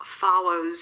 follows